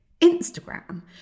Instagram